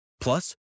Plus